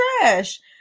trash